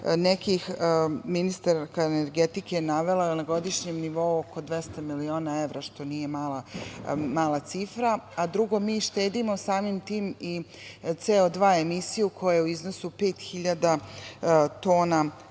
nekih, ministarka energetike je navela, na godišnjem nivou oko 200 miliona evra, što nije mala cifra. Drugo, mi štedimo samim tim i CO2 emisiju, koja je u iznosu 5.000 tona